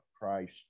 Christ